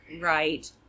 right